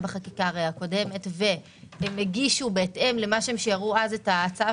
בחקיקה הקודמת והם הגישו בהתאם למה שהם שיערו אז את ההצעה